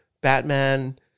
batman